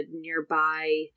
nearby